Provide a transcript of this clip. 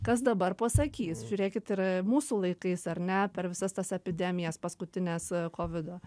kas dabar pasakys žiūrėkit ir mūsų laikais ar ne per visas tas epidemijas paskutines kovido